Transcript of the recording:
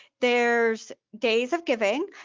there's days of giving,